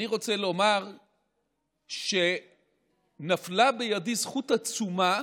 אני רוצה לומר שנפלה בידי זכות עצומה